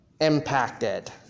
impacted